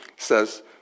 says